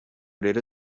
rero